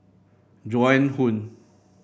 Joan Hon